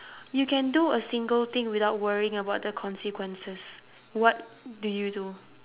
you can do a single thing without worrying about the consequences what do you do